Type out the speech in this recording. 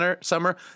summer